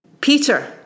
Peter